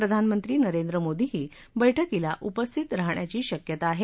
प्रधानमंत्री नरेंद्र मोदीही बैठकीला उपस्थित राहण्याची शक्यता आहे